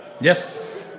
Yes